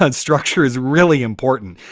and structure is really important.